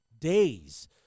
days